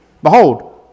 Behold